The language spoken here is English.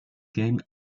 game